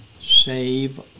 save